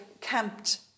camped